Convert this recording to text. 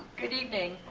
good evening.